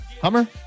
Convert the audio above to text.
Hummer